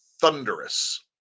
thunderous